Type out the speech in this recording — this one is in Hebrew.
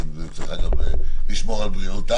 היא צריכה גם כן לשמור על בריאותה.